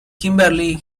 kimberly